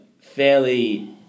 fairly